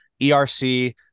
ERC